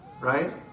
right